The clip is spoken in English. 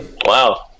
wow